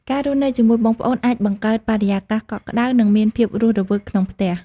ការរស់នៅជាមួយបងប្អូនអាច បង្កើតបរិយាកាសកក់ក្ដៅ និងមានភាពរស់រវើកក្នុងផ្ទះ។